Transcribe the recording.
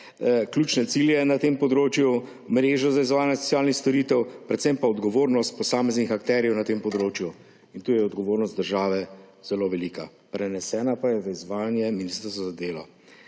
ključne cilje na tem področju, mrežo za izvajanje socialnih storitev, predvsem pa odgovornost posameznih akterjev na tem področju. In tu je odgovornost države zelo velika, prenesena pa je v izvajanje Ministrstva za delo.